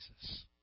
Jesus